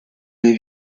les